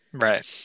right